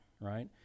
right